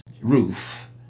roof